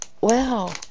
wow